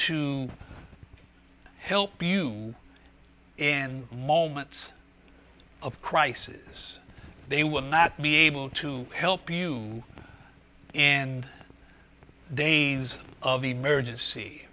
to help you in moments of crisis they will not be able to help you and days of emergency